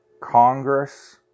Congress